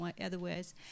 otherwise